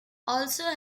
also